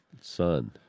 son